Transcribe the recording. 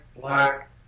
black